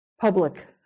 public